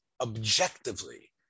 objectively